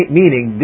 meaning